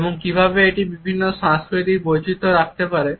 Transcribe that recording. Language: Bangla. এবং কীভাবে এটি বিভিন্ন সাংস্কৃতিক বৈচিত্র থাকতে পারে